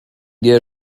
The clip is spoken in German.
der